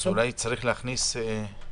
אני מצטרף למה שאמרו ענת פילצר ואיריס שטרק.